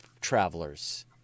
travelers